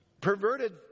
perverted